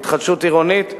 בהתחדשות עירונית,